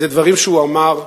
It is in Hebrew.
אלה דברים שהוא אמר,